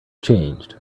changed